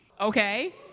Okay